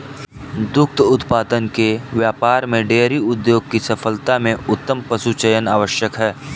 दुग्ध उत्पादन के व्यापार में डेयरी उद्योग की सफलता में उत्तम पशुचयन आवश्यक है